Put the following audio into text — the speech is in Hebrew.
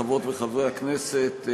חברות וחברי הכנסת,